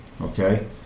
Okay